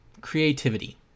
Creativity